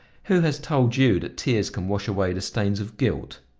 who has told you that tears can wash away the stains of guilt?